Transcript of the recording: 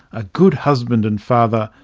a good husband and father,